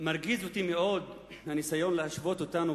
מרגיז אותי מאוד הניסיון להשוות אותנו